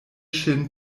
ŝin